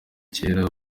kera